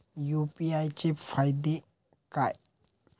UPI चे फायदे काय?